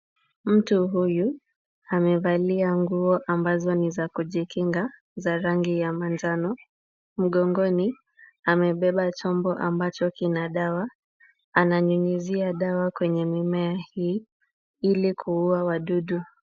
Mtu huyu amevalia nguo ambazo ni za kujikinga za rangi ya manjano. Mgongoni amebeba chombo ambacho kina dawa. Ananyunyizia dawa kwenye mimea hii ili kuua wadudu.